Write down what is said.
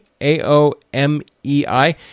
A-O-M-E-I